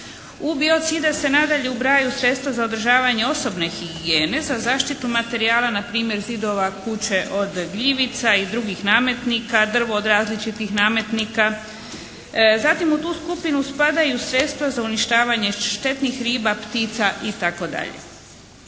U biocide se nadalje ubrajaju sredstva za održavanje osobne higijene, za zaštitu materijala na primjer zidova kuće od gljivica i drugih nametnika, drvo od različitih nametnika. Zatim u tu skupinu spadaju sredstva za uništavanje štetnih riba, ptica itd.